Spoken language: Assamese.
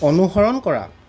অনুসৰণ কৰা